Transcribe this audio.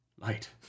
light